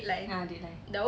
ah deadline